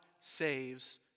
saves